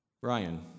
Brian